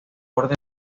órdenes